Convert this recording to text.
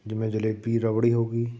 ਜਿਵੇਂ ਜਲੇਬੀ ਰਬੜੀ ਹੋ ਗਈ